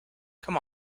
come